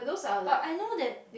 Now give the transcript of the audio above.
but I know that